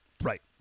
Right